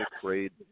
grade